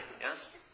yes